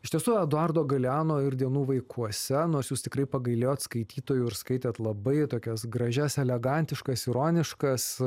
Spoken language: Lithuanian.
iš tiesų eduardo galeano ir dienų vaikuose nors jūs tikrai pagailėjot skaitytojų ir skaitėt labai tokias gražias elegantiškas ironiškas